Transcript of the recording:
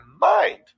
mind